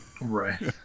Right